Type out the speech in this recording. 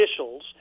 officials